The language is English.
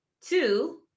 Two